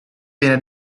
viene